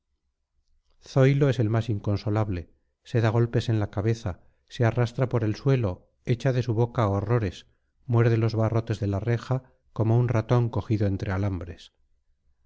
tierra zoilo es el más inconsolable se da golpes en la cabeza se arrastra por el suelo echa de su boca horrores muerde los barrotes de la reja como un ratón cogido entre alambres